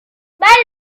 val